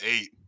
eight